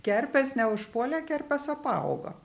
kerpės neužpuolė kerpės apaugo